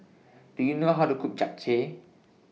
Do YOU know How to Cook Japchae